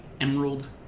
emerald